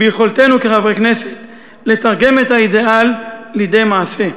ביכולתנו כחברי כנסת לתרגם את האידיאל לידי מעשה.